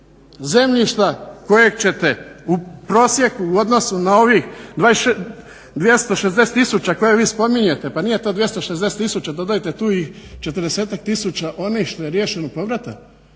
zemljišta kojeg ćete u prosjeku u odnosu na ovih 260 tisuća koje vi spominjete, pa nije to 260 tisuća, dodajte tu i 40-tak tisuća onih što je riješen …